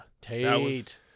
Tate